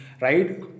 right